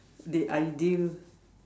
the ideal